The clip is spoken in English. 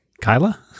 Kyla